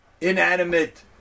inanimate